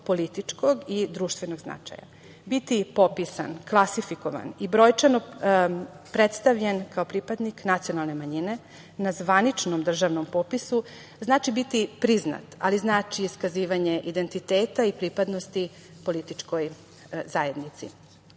političkog i društvenog značaja. Biti popisan, klasifikovan i brojčano predstavljen kao pripadnik nacionalne manjine na zvaničnom državnom popisu znači biti priznat, ali znači i iskazivanje identiteta i pripadnosti političkoj zajednici. Da